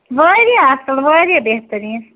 واریاہ اَصٕل واریاہ بہتٔریٖن